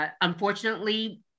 unfortunately